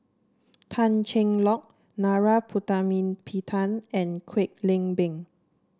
Tan Cheng Lock Narana Putumaippittan and Kwek Leng Beng